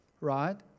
right